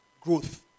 growth